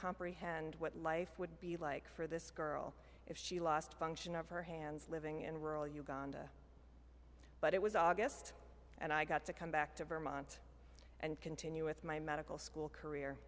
comprehend what life would be like for this girl if she lost function of her hands living in rural uganda but it was august and i got to come back to vermont and continue with my medical school career